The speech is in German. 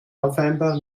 november